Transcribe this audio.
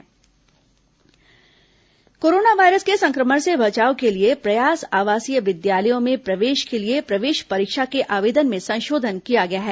corona प्रयास विद्यालय corona virus के संक्रमण से बचाव के लिए प्रयास आवासीय विद्यालयों में प्रवेश के लिए प्रवेश परीक्षा के आवेदन में संशोधन किया गया है